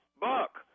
Buck